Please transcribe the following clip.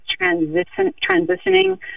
transitioning